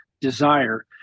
desire